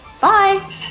Bye